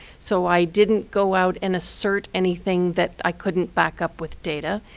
so i didn't go out and assert anything that i couldn't backup with data.